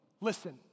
listen